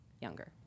younger